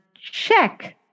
check